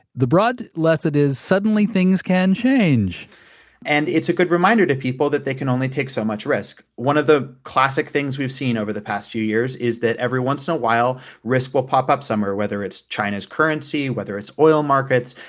the broad lesson is suddenly things can change and it's a good reminder to people that they can only take so much risk. one of the classic things we've seen over the past few years is that every once in a while, risk will pop up somewhere whether it's china's currency, whether it's oil markets,